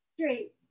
Great